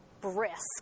brisk